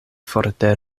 forte